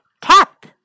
tap